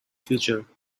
future